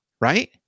right